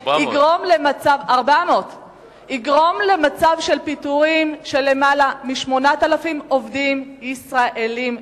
400. 400. יגרמו למצב של פיטורים של למעלה מ-8,000 עובדים ישראלים.